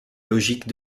logique